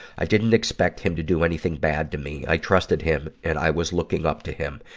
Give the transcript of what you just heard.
i didn't expect him to do anything bad to me. i trusted him, and i was looking up to him.